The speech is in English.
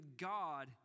God